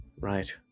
Right